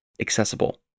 accessible